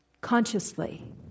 consciously